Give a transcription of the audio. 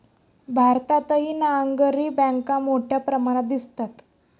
भारतातही नागरी बँका मोठ्या प्रमाणात दिसतात